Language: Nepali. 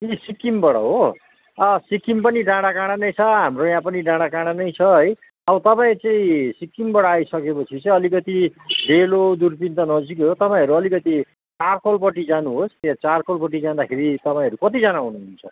ए सिक्किमबाट हो अँ सिक्किम पनि डाँडाकाँडा नै छ हाम्रो यहाँ पनि डाँडाकाँडा नै छ है अब तपाईँ चाहिँ सिक्किमबाट आइसकेपछि चाहिँ अलिकति डेलो दुर्पिन त नजिकै हो तपाईँहरू अलिकति चारखोलपट्टि जानुहोस् चारखोलपट्टि जाँदाखेरि तपाईँहरू कतिजना हुनुहुन्छ